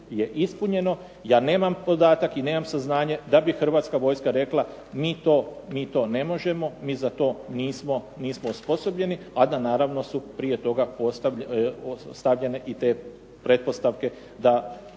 ja nemam podatak i nemam saznanje da bi Hrvatska vojska rekla mi to ne možemo, mi za to nismo osposobljeni, a da naravno su prije toga stavljene i te pretpostavke da